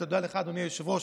תודה לך, אדוני היושב-ראש,